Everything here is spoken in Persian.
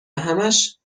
همهاش